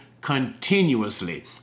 continuously